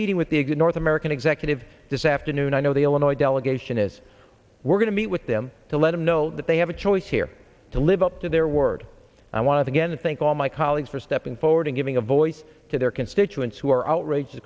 meeting with the a good north american executive this afternoon i know the illinois delegation is we're going to meet with them to let them know that they have a choice here to live up to their word i want to again thank all my colleagues for stepping forward and giving a voice to their constituents who are outrage